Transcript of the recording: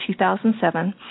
2007